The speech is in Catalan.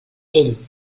ell